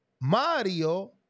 Mario